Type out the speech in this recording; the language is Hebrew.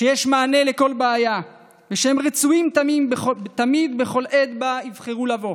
שיש מענה לכל בעיה ושהם רצויים תמיד בכל עת שבה יבחרו לבוא.